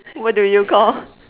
what do you call